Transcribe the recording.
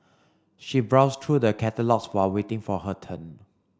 she browsed through the catalogues while waiting for her turn